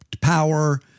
power